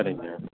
சரிங்க